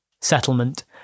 settlement